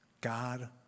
God